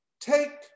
take